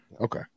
Okay